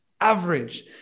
average